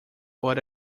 but